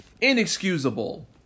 Inexcusable